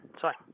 Sorry